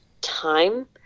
time